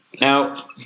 Now